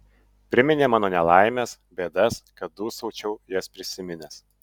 priminė mano nelaimes bėdas kad dūsaučiau jas prisiminęs